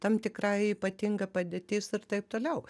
tam tikra ypatinga padėtis ir taip toliau